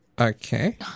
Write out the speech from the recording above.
Okay